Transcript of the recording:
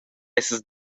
essas